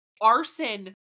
arson